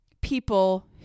people